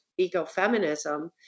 ecofeminism